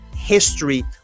history